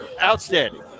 Outstanding